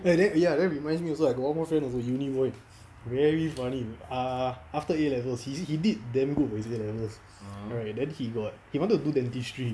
and then ya that reminds me also I got one more friend as a uni boy very funny err after A levels he he did damn good for his A levels right then he got he wanted to do dentistry